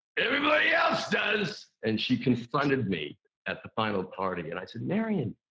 everybody else does! and she confronted me at the final party. and i said, marion.